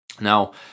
Now